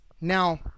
Now